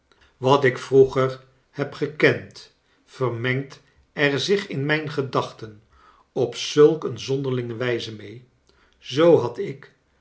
wat ik vroeger heb gekend vermengt er zich in mijn gedachten op zulk een zonderlinge wijze mee zoo had ik